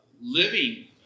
living